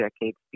decades